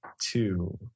two